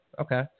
Okay